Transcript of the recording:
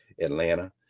Atlanta